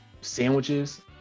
sandwiches